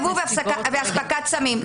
יבוא ואספקת סמים,